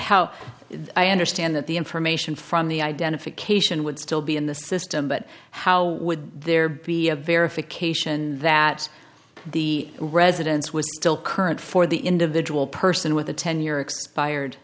how i understand that the information from the identification would still be in the system but how would there be a verification that the residence was still current for the individual person with a ten year expired